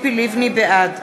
בעד